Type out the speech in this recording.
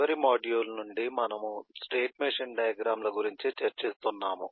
చివరి మాడ్యూల్ నుండి మనము స్టేట్ మెషిన్ డయాగ్రమ్ ల గురించి చర్చిస్తున్నాము